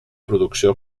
producció